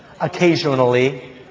occasionally